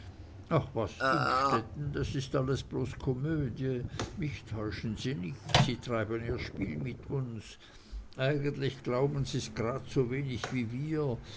ach was innstetten das ist ja alles bloß komödie mich täuschen sie nicht sie treiben ihr spiel mit uns eigentlich glauben sie's gradsowenig wie wir